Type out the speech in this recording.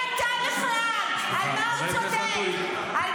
הוא צודק, הוא צודק, הוא צודק.